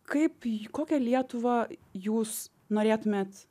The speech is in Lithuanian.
kaip kokią lietuvą jūs norėtumėt